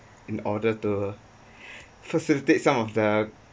in order to facilitate some of the